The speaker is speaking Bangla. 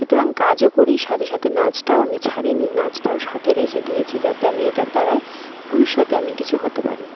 সুতরাং কাজও করি সাথে সাথে নাচটাও আমি ছাড়িনি নাচটাও সাথে রেখে দিয়েছি যাতে আমি এটার দ্বারাই ভবিষ্যতে আমি কিছু হতে পারি